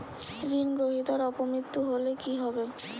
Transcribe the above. ঋণ গ্রহীতার অপ মৃত্যু হলে কি হবে?